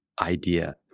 idea